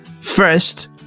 First